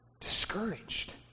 Discouraged